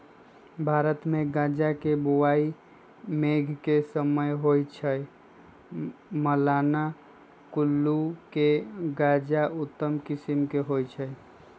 भारतमे गजा के बोआइ मेघ के समय होइ छइ, मलाना कुल्लू के गजा उत्तम किसिम के होइ छइ